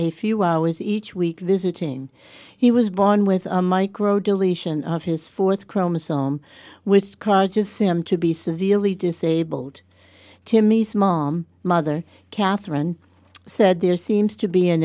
a few hours each week visiting he was born with a micro deletion of his fourth chromosome with crowd just him to be severely disabled timmy's mom mother catherine said there seems to be an